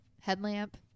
Headlamp